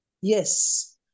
Yes